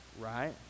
right